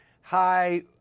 hi